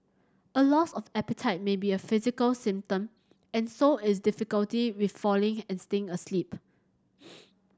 a loss of appetite may be a physical symptom and so is difficulty with falling and staying asleep